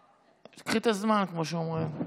קחי את הזמן, כמו שאומרים.